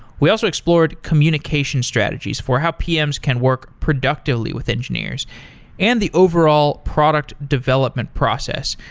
we also explored communication strategies for how pms can work productively with engineers and the overall product development process,